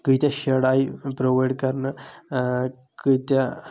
کۭتیاہ شڈ آیہِ پرووایِڈ کرنہٕ کۭتیاہ